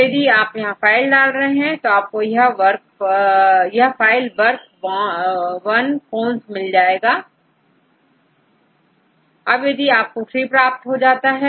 तो यदि आप यहां फाइल डाल रहे हैं तो आपको यह फाइल वर्क वन कोन्स मिल जाएगा अब यदि आपको TREE प्राप्त हो गया है